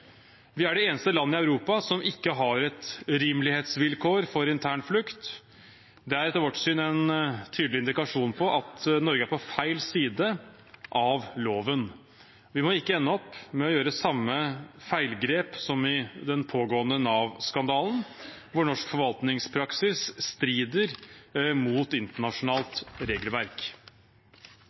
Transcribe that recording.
Vi er det eneste landet i Europa som ikke har et rimelighetsvilkår for internflukt. Det er etter vårt syn en tydelig indikasjon på at Norge er på feil side av loven. Vi må ikke ende med å gjøre samme feilgrep som i den pågående Nav-skandalen, hvor norsk forvaltningspraksis strider mot internasjonalt regelverk.